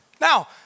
Now